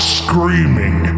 screaming